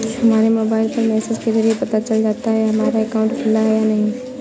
हमारे मोबाइल पर मैसेज के जरिये पता चल जाता है हमारा अकाउंट खुला है या नहीं